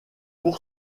pour